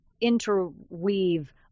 interweave